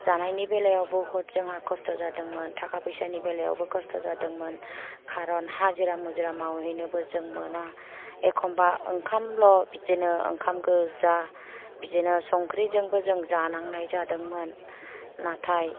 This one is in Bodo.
जानायनि बेलायाव बहुत जोंहा खस्थ' जादोंमोन थाखा फैसानि बेलायावबो खस्थ' जादोंमोन कारन हाजिरा मुजिरा मावहैनोबो जों मोना एखमबा ओंखामल' बिदिनो ओंखाम गोजा बिदिनो संख्रिफोरजोंबो जों जानांनाय जादोंमोन नाथाय